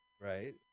Right